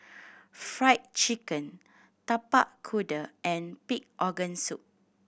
Fried Chicken Tapak Kuda and pig organ soup